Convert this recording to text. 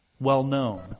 well-known